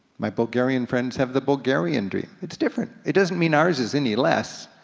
my bulgarian friends have the bulgarian dream. it's different, it doesn't mean ours is any less.